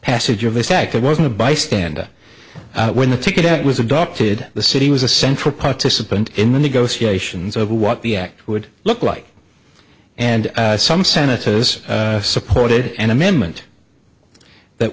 passage of a second wasn't a bystander when the ticket was adopted the city was a central participant in the negotiations over what the act would look like and some senators supported an amendment that